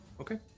Okay